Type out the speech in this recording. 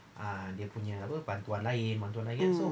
mm